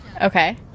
Okay